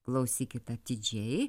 klausykit atidžiai